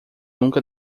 nunca